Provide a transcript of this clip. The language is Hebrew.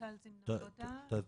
אז כמו שהדס הסבירה קודם,